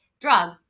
drug